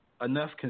enough